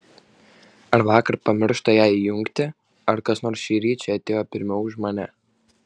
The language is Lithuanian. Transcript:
ar vakar pamiršta ją įjungti ar kas nors šįryt čia atėjo pirmiau už mane